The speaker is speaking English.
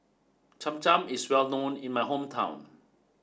Cham Cham is well known in my hometown